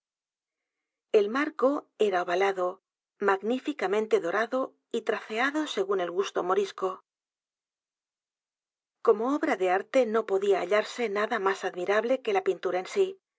el marco era ovalado magníficamente dorado y taraceado según el gusto morisco como obra de arte no podía hallarse nada más admirable que la pintura en sí